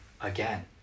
again